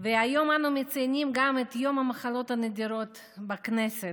והיום אנחנו מציינים גם את יום המחלות הנדירות בכנסת.